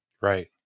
Right